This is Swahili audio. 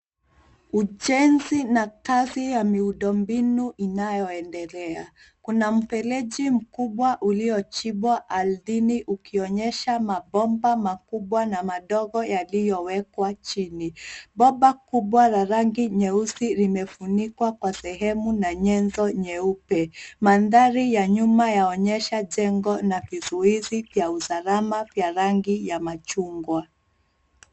Ujenzi na kazi ya miundo mbinu inayoendelea. Kuna mfereji mkubwa uliochimbwa ardhini ukionyesha mabomba makubwa na madogo yaliyowekwa chini. Bomba kubwa la rangi nyeusi limefunikwa kwa sehemu na nyenzo nyeupe. Mandhari ya nyuma yaonyesha jengo na vizuizi vya usalama vya rangi ya machungwa.